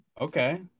Okay